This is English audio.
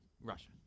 Russia